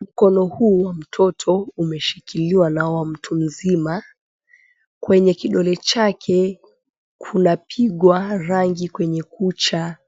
Mkono huu wa mtoto umeshikiliwa na mtu mzima kwenye kidole chake kuna pigwa rangi kwenye kucha.